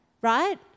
right